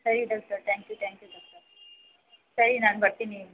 ಸರಿ doctor thank you thank you doctor ಸರಿ ನಾನು ಬರ್ತೀನಿ